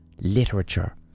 literature